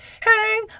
hang